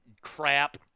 crap